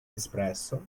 espresso